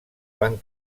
van